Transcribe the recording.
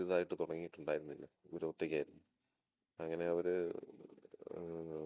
ഇതായിട്ട് തുടങ്ങിയിട്ട് ഉണ്ടാ യിരുന്നില്ല ഇവർ ഒറ്റയ്ക്കായിരുന്നു അങ്ങനെ അവർ